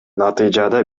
натыйжада